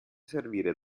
servire